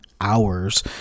hours